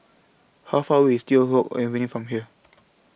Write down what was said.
How Far away IS Teow Hock Avenue from here